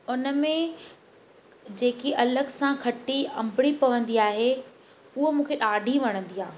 उनमें जेकी अलॻि सां खट्टी अंबड़ी पवंदी आहे उहो मूंखे ॾाढी वणंदी आहे